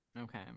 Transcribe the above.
Okay